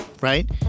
right